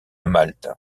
malte